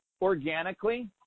organically